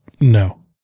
No